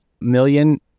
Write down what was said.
million